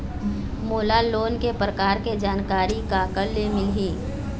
मोला लोन के प्रकार के जानकारी काकर ले मिल ही?